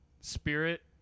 Spirit